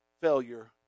failure